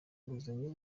nguzanyo